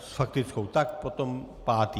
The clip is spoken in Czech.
S faktickou, tak potom pátý.